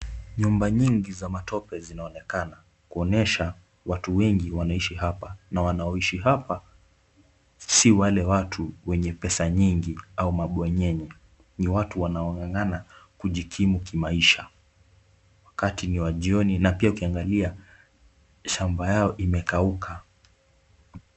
Nyumba nyingi za matope zinaonekana kuonyesha watu wengi wanaishi hapa na wanaoishi hapa si wale watu wenye pesa nyingi au mabwenyenye. Ni watu wanaong'ang'ana kujikimu kimaisha. Wakati ni wa jioni na pia ukiangalia shamba yao imekauka.